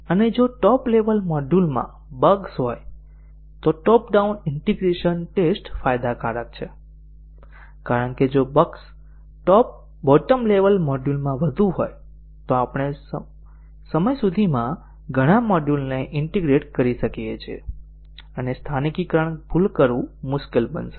અને જો top level મોડ્યુલમાં બગ્સ હોય તો ટોપ ડાઉન ઇન્ટિગ્રેશન ટેસ્ટ ફાયદાકારક છે કારણ કે જો બગ્સ બોટમ લેવલ મોડ્યુલમાં વધુ હોય તો આપણે સમય સુધીમાં ઘણા મોડ્યુલોને ઈન્ટીગ્રેટ કરી શકીએ છીએ અને સ્થાનિકીકરણ ભૂલ કરવું મુશ્કેલ બનશે